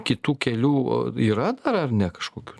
kitų kelių yra dar ar ne kažkokių